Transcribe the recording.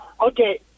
Okay